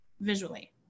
visually